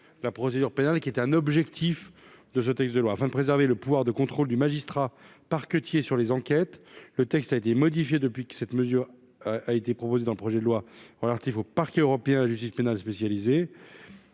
la procédure pénale, qui était un objectif de ce texte de loi afin de préserver le pouvoir de contrôle du magistrat parquetier sur les enquêtes, le texte a été modifiée depuis que cette mesure a été proposé dans le projet de loi relatif au parquet européen la justice pénale spécialisée